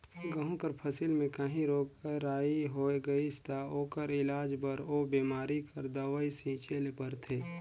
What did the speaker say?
गहूँ कर फसिल में काहीं रोग राई होए गइस ता ओकर इलाज बर ओ बेमारी कर दवई छींचे ले परथे